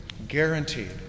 Guaranteed